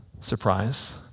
Surprise